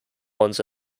ones